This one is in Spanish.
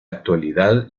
actualidad